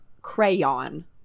crayon